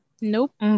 Nope